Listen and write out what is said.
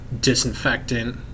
disinfectant